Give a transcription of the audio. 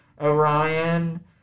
Orion